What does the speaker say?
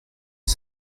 six